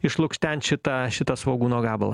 išlukštent šitą šitą svogūno gabalą